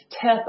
tip